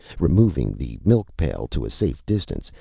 removing the milk pail to a safe distance,